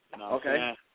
Okay